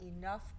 enough